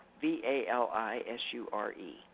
V-A-L-I-S-U-R-E